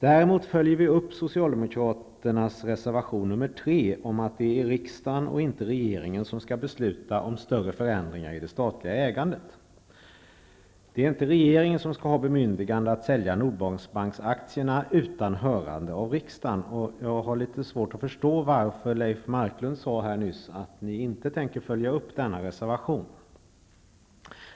Däremot följer vi upp reservation 3 från Socialdemokraterna om att det är riksdagen och inte regeringen som skall besluta om större förändringar i det statliga ägandet. Regeringen skall inte ha bemyndigande att sälja Nordbanksaktierna utan hörande av riksdagen. Jag har litet svårt att förstå varför Leif Marklund nyss sade här att ni inte tänker följa upp denna reservation.